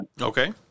Okay